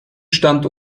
stand